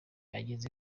ageze